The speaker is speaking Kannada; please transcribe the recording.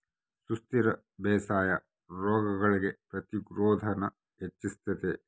ಸುಸ್ಥಿರ ಬೇಸಾಯಾ ರೋಗಗುಳ್ಗೆ ಪ್ರತಿರೋಧಾನ ಹೆಚ್ಚಿಸ್ತತೆ